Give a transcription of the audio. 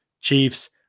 Chiefs